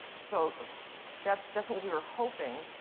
so that's that's what we were hoping.